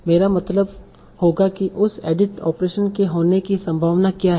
मेरा मतलब होगा कि उस एडिट ऑपरेशन के होने की संभावना क्या है